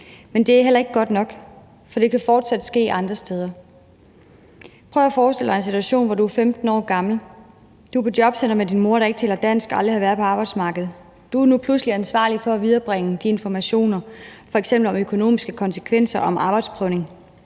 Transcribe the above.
Men det er heller ikke godt nok, for det kan fortsat ske andre steder. Prøv at forestille dig en situation, hvor du er 15 år gammel. Du er på jobcenter med din mor, der ikke taler dansk og aldrig været på arbejdsmarkedet. Du er nu pludselig ansvarlig for at viderebringe informationer om f.eks. økonomiske konsekvenser, arbejdsprøvning